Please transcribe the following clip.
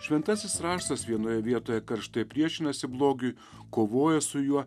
šventasis raštas vienoje vietoje karštai priešinasi blogiui kovoja su juo